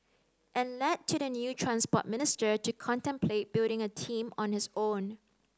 and led to the new Transport Minister to contemplate building a team on his own